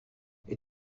est